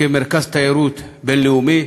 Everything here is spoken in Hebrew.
כמרכז תיירות בין-לאומי.